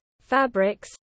fabrics